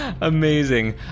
Amazing